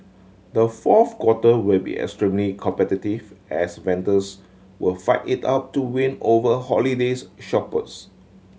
the fourth quarter will be extremely competitive as vendors will fight it out to win over holidays shoppers